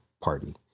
party